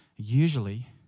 Usually